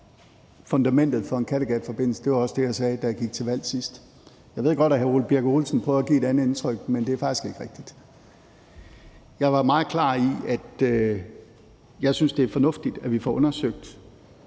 fundamentet for en Kattegatforbindelse, var også det, jeg sagde, da jeg gik til valg sidst. Jeg ved godt, at hr. Ole Birk Olesen prøver at give et andet indtryk, men det er faktisk ikke rigtigt. Jeg var meget klar omkring, at jeg synes, det er fornuftigt, at vi får undersøgt